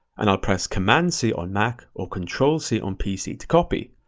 and i'll press command c on mac or control c on pc to copy.